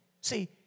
See